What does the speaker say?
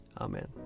Amen